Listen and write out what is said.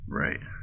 right